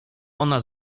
ona